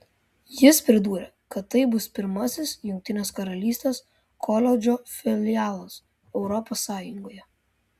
jis pridūrė kad tai bus pirmasis jungtinės karalystės koledžo filialas europos sąjungoje